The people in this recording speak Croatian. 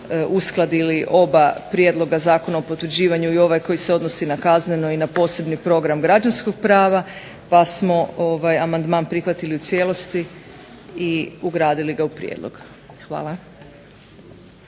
uskladili oba prijedloga zakona o potvrđivanju i ovaj koji se odnosi na kazneno i na posebni program građanskog prava, pa smo amandman prihvatili u cijelosti i ugradili ga u prijedlog. Hvala.